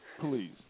please